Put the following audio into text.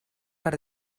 per